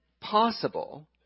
possible